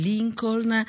Lincoln